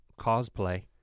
cosplay